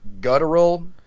guttural